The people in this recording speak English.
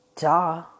Duh